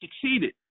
succeeded